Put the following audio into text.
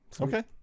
Okay